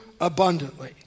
abundantly